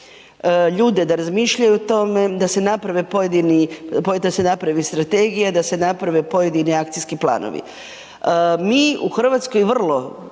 ljude da razmišljaju o tome, da se naprave pojedini, da se napravi strategija, da se naprave pojedini akcijski planovi. Mi u Hrvatskoj vrlo